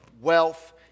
wealth